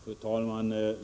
Fru talman!